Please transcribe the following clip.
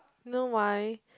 you know why